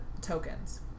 tokens